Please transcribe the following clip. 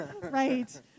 right